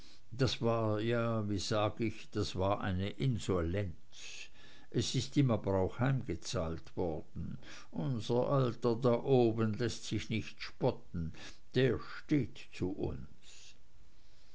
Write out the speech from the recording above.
das war ja wie sag ich das war eine insolenz es ist ihm aber auch heimgezahlt worden unser alter da oben läßt sich nicht spotten der steht zu uns